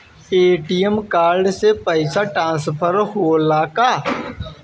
ATM card से पैसा transfer होला का?